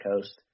coast